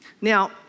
Now